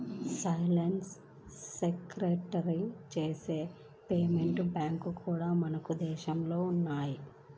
licence surrender చేసిన payment బ్యాంక్లు కూడా మన దేశంలో ఉన్నయ్యి